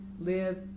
live